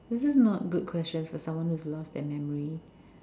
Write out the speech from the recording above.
this is not a good question for someone who's lost their memory